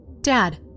Dad